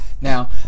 Now